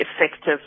effective